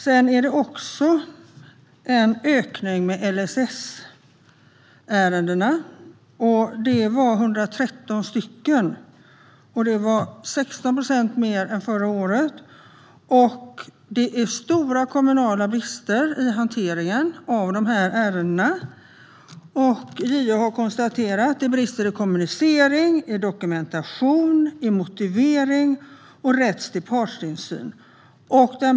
Antalet LSS-ärenden har även ökat med 113 stycken, vilket är 16 procent mer än förra året. Det finns stora kommunala brister i hanteringen av dessa ärenden. JO konstaterar att det brister i kommunicering, dokumentation, motivering och rätt till partsinsyn.